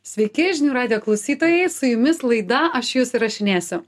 sveiki žinių radijo klausytojai su jumis laida aš jus įrašinėsiu